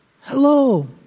hello